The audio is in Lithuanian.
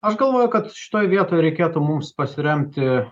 aš galvoju kad šitoj vietoj reikėtų mums pasiremti